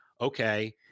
okay